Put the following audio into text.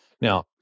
Now